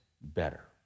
better